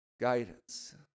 guidance